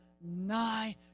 nigh